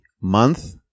month